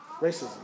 Racism